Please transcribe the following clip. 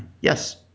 Yes